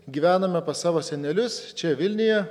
gyvenome pas savo senelius čia vilniuje